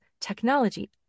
technology